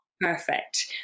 perfect